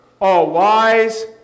all-wise